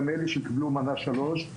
גם אלה שקיבלנו מנה 3,